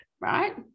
right